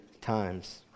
times